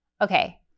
Okay